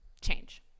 change